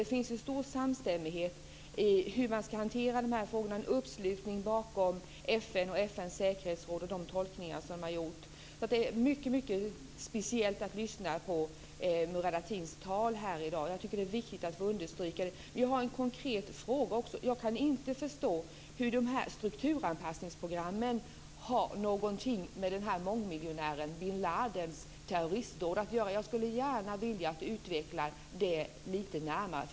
Det finns en stor samstämmighet i hur man ska hantera de här frågorna och en uppslutning bakom FN, FN:s säkerhetsråd och de tolkningar som har gjorts. Det är alltså mycket speciellt att lyssna på Murad Artins tal här i dag. Jag tycker att det är viktigt att få understryka det. Jag har en konkret fråga också. Jag kan inte förstå hur de här strukturanpassningsprogrammen kan ha någonting med mångmiljonären bin Ladins terroristdåd att göra. Jag skulle gärna vilja att Murad Artin utvecklade det lite närmare.